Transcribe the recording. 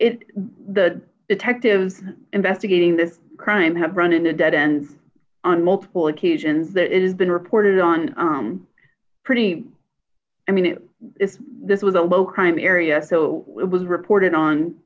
it the detectives investigating this crime have run into debt and on multiple occasions that it has been reported on pretty i mean it is this was a low crime area so it was reported on